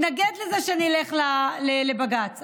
התנגד לזה שנלך לבג"ץ.